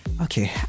okay